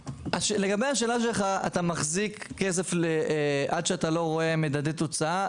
לגבי השאלה שלך האם אתה מחזיר כסף עד שאתה לא רואה מדדי תוצאה,